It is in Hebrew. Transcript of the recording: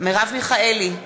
מרב מיכאלי,